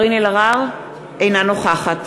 אינה נוכחת